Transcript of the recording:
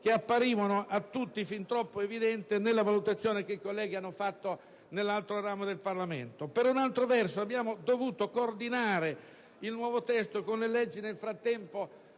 che apparivano a tutti fin troppo evidenti nella valutazione svolta dall'altro ramo del Parlamento. Per un altro verso, abbiamo dovuto coordinare il nuovo testo con le leggi nel frattempo